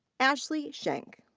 ashley schenk.